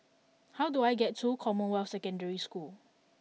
how do I get to Commonwealth Secondary School